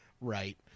right